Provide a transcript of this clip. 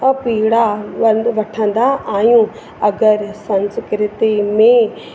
ऐं पीड़ा दंध वठंदा आहियूं अगरि संस्कृति में